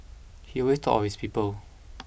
he always thought his people